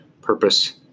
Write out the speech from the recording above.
purpose